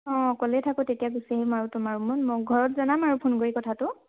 অঁ ক'লেই থাকো তেতিয়া গুচি আহিম আৰু তোমাৰ ৰুমত মই ঘৰত জনাম আৰু ফোন কৰি কথাটো